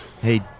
Hey